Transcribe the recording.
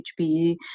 HPE